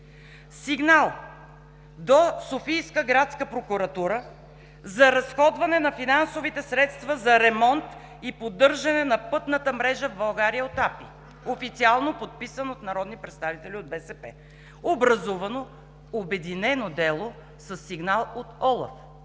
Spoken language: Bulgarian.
сигнал до Софийска градска прокуратура за разходване на финансовите средства за ремонт и поддържане на пътната мрежа в България от АПИ, официално подписан от народни представители от БСП. Образувано е обединено дело със сигнал от ОЛАФ,